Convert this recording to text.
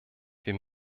wir